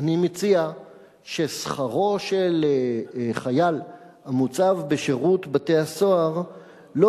אני מציע ששכרו של חייל המוצב בשירות בתי-הסוהר לא